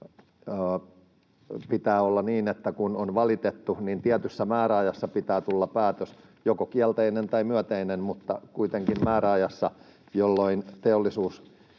pitää olla niin, että kun on valitettu, niin tietyssä määräajassa pitää tulla päätös, joko kielteinen tai myönteinen, mutta kuitenkin määräajassa, jolloin teollisuus